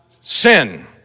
sin